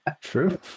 True